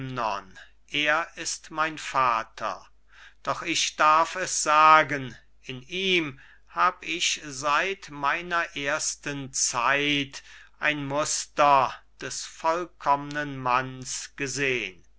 er ist mein vater doch ich darf es sagen in ihm hab ich seit meiner ersten zeit ein muster des vollkommnen manns gesehn